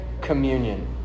communion